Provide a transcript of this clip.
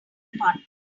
apartment